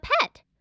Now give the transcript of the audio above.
pet